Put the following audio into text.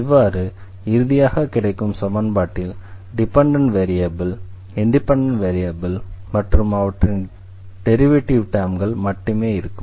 இவ்வாறு இறுதியாக கிடைக்கும் சமன்பாட்டில் டிபெண்டண்ட் வேரியபிள் இண்டிபெண்டண்ட் வேரியபிள் அவற்றின் டெரிவேட்டிவ் டெர்ம்கள் மட்டுமே இருக்கும்